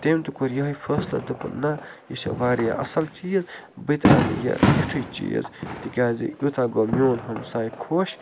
تٔمۍ تہِ کوٚر یِہوٚے فٲصلہٕ دوٚپُن نہٕ یہِ چھِ واریاہ اَصٕل چیٖز بہٕ تہِ اَنہٕ یہِ یُتھُے چیٖز تِکیٛازِ یوٗتاہ گوٚو میون ہمسایہِ خۄش